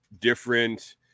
different